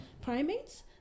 primates